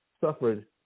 suffered